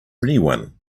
anyone